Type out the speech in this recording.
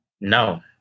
No